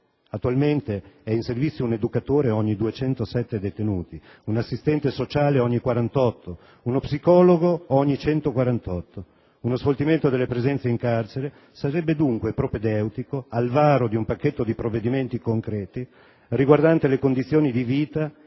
Attualmente è in servizio un educatore ogni 207 detenuti, un assistente sociale ogni 48, uno psicologo ogni 148. Uno sfoltimento delle presenze in carcere sarebbe dunque propedeutico al varo di un pacchetto di provvedimenti concreti riguardanti le condizioni di vita e di lavoro